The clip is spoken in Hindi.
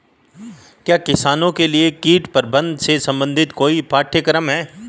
क्या किसानों के लिए कीट प्रबंधन से संबंधित कोई पाठ्यक्रम है?